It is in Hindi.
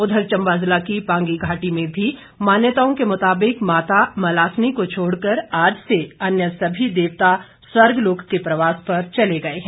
उधर चंबा ज़िला की पांगी घाटी में भी मान्यताओं के मुताबिक माता मलासनी को छोड़कर आज से अन्य सभी देवता स्वर्गलोक के प्रवास पर चले गए हैं